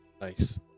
Nice